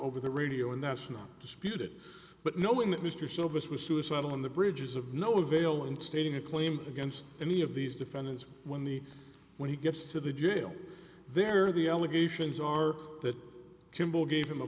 over the radio and that's not disputed but knowing that mr silvis was suicidal on the bridge is of no avail and stating a claim against any of these defendants when the when he gets to the jail there the allegations are that kimball gave him a